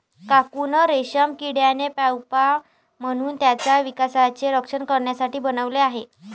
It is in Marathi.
कोकून रेशीम किड्याने प्युपा म्हणून त्याच्या विकासाचे रक्षण करण्यासाठी बनवले आहे